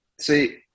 See